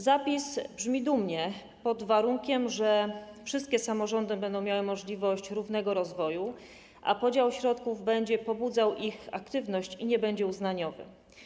Zapis brzmi dumnie, pod warunkiem że wszystkie samorządy będą miały możliwość równego rozwoju, a podział środków będzie pobudzał ich aktywność i nie będzie uznaniowy.